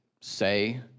say